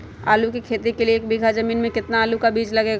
आलू की खेती के लिए एक बीघा जमीन में कितना आलू का बीज लगेगा?